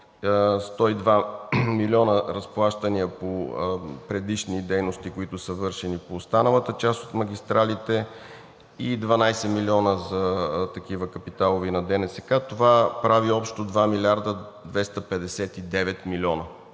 102 милиона разплащания по предишни дейности, които са вършени по останалата част от магистралите, и 12 милиона за такива капиталови на ДНСК. Това прави общо 2 милиарда 259 милиона.